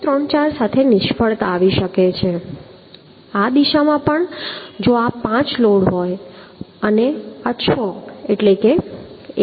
તેથી 1 2 3 4 સાથે નિષ્ફળતા આવી શકે છે આ દિશામાં પણ જો આ 5 હોય તો આ 6 એટલે 1 2 5 6